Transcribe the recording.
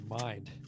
mind